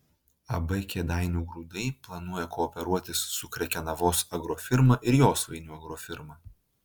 ab kėdainių grūdai planuoja kooperuotis su krekenavos agrofirma ir josvainių agrofirma